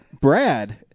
Brad